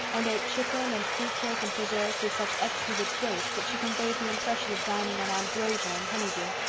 and ate chicken and fruit cake and preserves with such exquisite grace that she conveyed the impression of dining on ambrosia and honeydew.